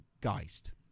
geist